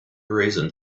reason